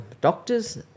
doctors